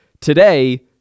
today